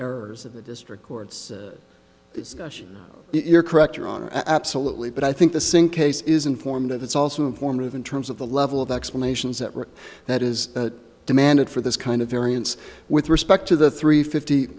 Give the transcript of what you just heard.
errors of the district courts if you're correct your honor absolutely but i think the sync case is informed that it's also a form of in terms of the level of explanations that work that is demanded for this kind of variance with respect to the three fifty